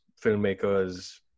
filmmakers